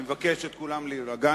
אני מבקש מכולם להירגע,